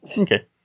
Okay